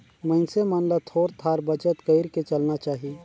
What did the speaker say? मइनसे मन ल थोर थार बचत कइर के चलना चाही